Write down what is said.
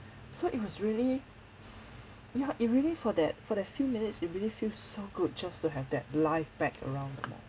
so it was really s~ ya it really for that for that few minutes it really feels so good just to have that life back around the mall